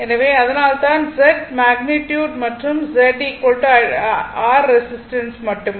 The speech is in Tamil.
எனவே அதனால்தான் Z மேக்னிட்யுட் மற்றும் Z அடிப்படையில் R ரெசிஸ்டன்ஸ் மட்டுமே